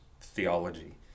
theology